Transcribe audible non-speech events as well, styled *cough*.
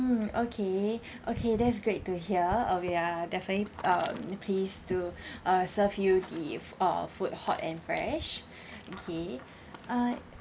okay okay that's great to hear oh ya definitely uh pleased to *breath* uh serve you the fo~ uh food hot and fresh okay uh